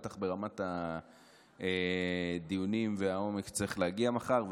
בטח ברמת הדיונים והעומק שצריכים להגיע אליהם מחר.